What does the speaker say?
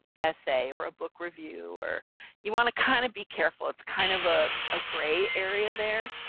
essay or a book review, or you want to kind of be careful. it's kind of ah a gray area there,